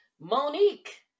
Monique